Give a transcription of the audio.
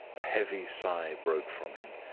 a heavy sigh broke from him.